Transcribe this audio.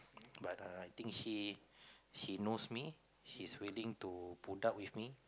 but err I think he he knows me he's willing to put up with me